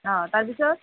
অঁ তাৰ পিছত